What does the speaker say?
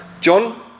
John